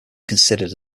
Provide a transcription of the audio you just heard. considered